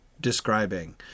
describing